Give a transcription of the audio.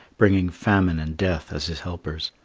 bringing famine and death as his helpers.